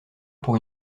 pour